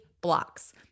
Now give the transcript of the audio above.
blocks